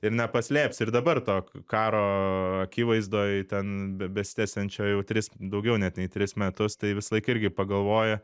ir nepaslėpsi ir dabar to karo akivaizdoj ten besitęsiančio jau tris daugiau net nei tris metus tai visąlaik irgi pagalvoju